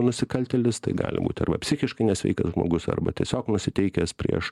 nusikaltėlis tai gali būti arba psichiškai nesveikas žmogus arba tiesiog nusiteikęs prieš